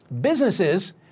businesses